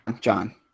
John